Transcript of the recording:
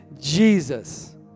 Jesus